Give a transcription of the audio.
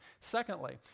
Secondly